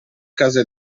casa